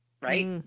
Right